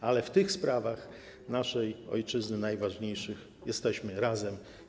Natomiast w sprawach naszej ojczyzny, najważniejszych, jesteśmy razem.